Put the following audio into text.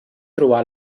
trobar